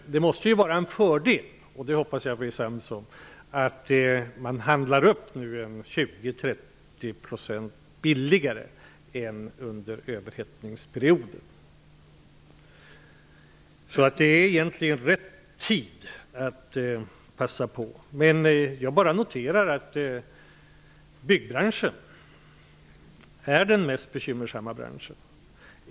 Det måste ju vara en fördel -- och det hoppas jag att vi är överens om -- att man nu handlar upp 20--30 % billigare än under överhettningsperioden. Det är egentligen rätt tid nu att passa på att göra detta. Jag noterar att byggbranschen är den mest bekymmersamma branschen.